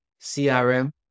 CRM